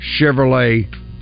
Chevrolet